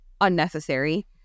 unnecessary